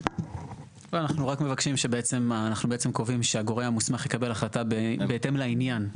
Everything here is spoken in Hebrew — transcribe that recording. אנחנו בעצם קובעים שהגורם המוסמך יקבל החלטה בהתאם לעניין,